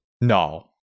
No